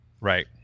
Right